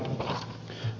arvoisa puhemies